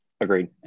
Agreed